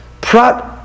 Prat